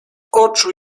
oczu